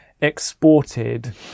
exported